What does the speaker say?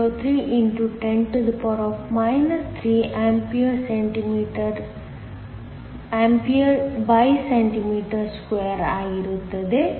03 x 10 3 A cm 2 ಆಗಿರುತ್ತದೆ